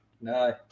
No